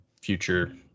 future